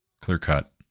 clear-cut